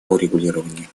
урегулирования